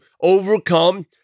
overcome